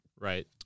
Right